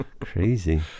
crazy